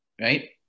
Right